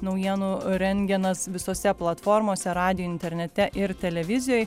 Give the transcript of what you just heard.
naujienų rentgenas visose platformose radijuj internete ir televizijoj